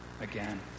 again